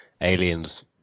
Aliens